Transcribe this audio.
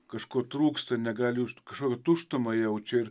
kažko trūksta negali kažkokią tuštumą jaučia ir